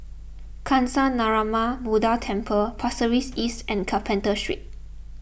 Kancanarama Buddha Temple Pasir Ris East and Carpenter Street